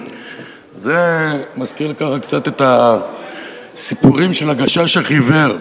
זה מזכיר ככה קצת את הסיפורים של "הגשש החיוור",